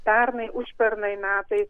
pernai užpernai metais